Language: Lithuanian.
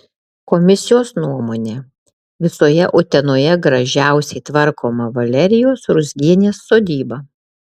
komisijos nuomone visoje utenoje gražiausiai tvarkoma valerijos ruzgienės sodyba